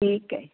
ਠੀਕ ਹੈ